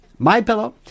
MyPillow